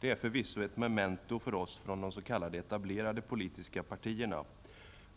Förvisso ett memento för oss från de s.k. etablerade politiska partierna.